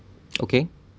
okay